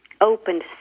opened